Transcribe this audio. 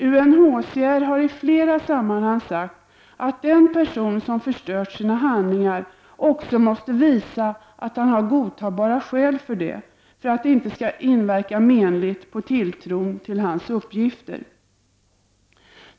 UNHCR har i flera sammanhang sagt att den person som har förstört sina handlingar också måste visa att han har godtagbara skäl för detta, för att det inte skall inverka menligt på tilltron till hans uppgifter.